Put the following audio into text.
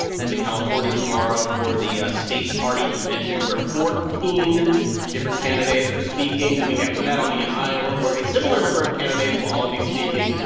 to california tomorrow for the state party convention, where fourteen different candidates are speaking. the week after that, i'll be in iowa, where a similar number of candidates will all be speaking.